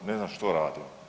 Ne znam što radimo?